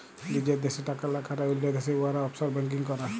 লিজের দ্যাশে টাকা লা খাটায় অল্য দ্যাশে উয়ারা অফশর ব্যাংকিং ক্যরে